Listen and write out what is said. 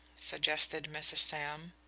suggested mrs. sam.